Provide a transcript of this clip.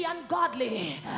ungodly